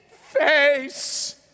face